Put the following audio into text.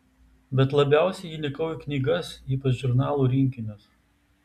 bet labiausiai įnikau į knygas ypač žurnalų rinkinius